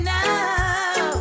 now